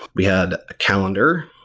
we had a calendar,